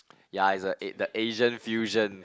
ya it's the a~ the Asian fusion